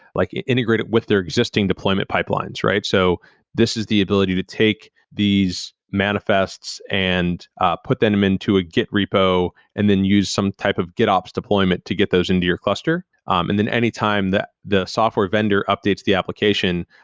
like integrate it with their existing deployment pipelines. so this is the ability to take these manifests and ah put them them into a git repo and then use some type of git ops deployment to get those in your cluster, um and then any time the the software vendor updates the application,